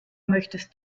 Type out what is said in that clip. möchtest